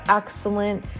excellent